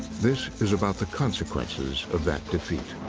this is about the consequences of that defeat.